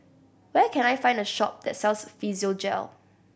where can I find a shop that sells Physiogel